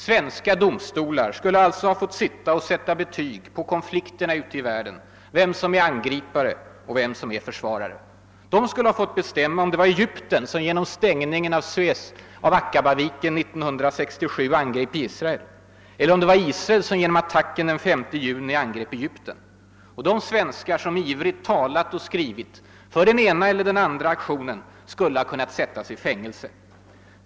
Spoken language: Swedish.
Svenska domstolar skulle alltså ha fått sätta betyg på konflikterna ute i världen och avgöra vem som är angripare och vem som är försvarare. De skulle t.ex. ha fått bestämma om det var Egypten som genom stängningen av Akabaviken i maj 1967 angrep Israel — eller om det var Israel som genom attacken den 5 juni samma år angrep Egypten. De svenskar som ivrigt har talat och skrivit för den ena eller den andra aktionen skulle ha kunnat sättas i fängelse.